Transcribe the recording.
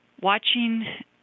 watching